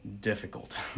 difficult